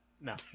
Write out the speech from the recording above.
No